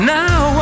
now